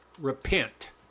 Repent